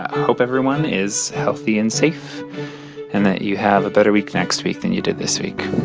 hope everyone is healthy and safe and that you have a better week next week than you did this week.